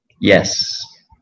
Yes